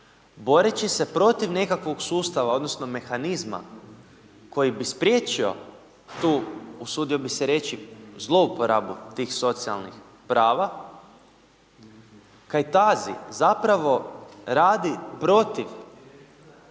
Boreći se protiv nekakvog sustava odnosno mehanizma koji bi spriječio tu usudio bi se reći zlouporabu tih socijalnih prava, Kajtazi zapravo radi protiv